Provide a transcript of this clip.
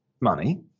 money